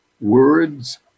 words